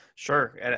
Sure